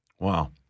Wow